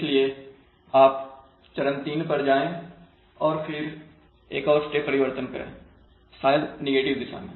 इसलिए आप चरण 3 पर जाएं और फिर एक और स्टेप परिवर्तन करें शायद नेगेटिव दिशा में